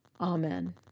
Amen